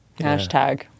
hashtag